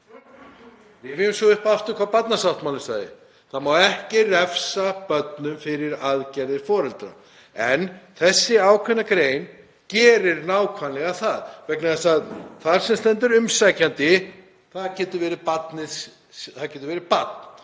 Það má ekki refsa börnum fyrir aðgerðir foreldra. En þessi ákveðna grein gerir nákvæmlega það vegna þess að þar sem stendur umsækjandi þá getur það verið barn